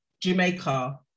Jamaica